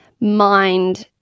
mind